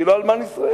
כי לא אלמן ישראל.